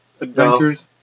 adventures